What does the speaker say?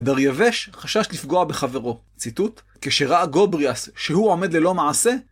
דרייבש חשש לפגוע בחברו, ציטוט, כשראה גובריאס שהוא עומד ללא מעשה?